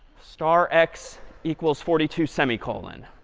star x equals forty two semicolon.